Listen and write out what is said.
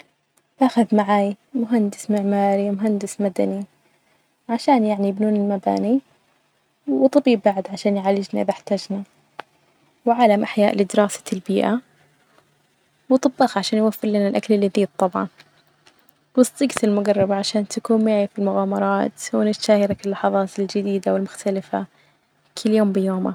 باخد معاي مهندس معماري، مهندس مدني، عشان يعني يبنوني المباني ،وطبيب بعد عشان يعالجني إذا إحتاجنا. وعالم أحياء لدراسة البيئة، وطباخ عشان يوفر لنا أكل لذيذ طبعا، وصديجتي المقربة عشان تكون معي في المغامرات ونتشارك اللحظات الجديدة والمختلفة كل يوم بيومة.